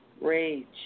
rage